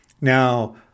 now